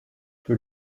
peu